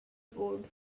board